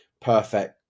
perfect